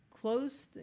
close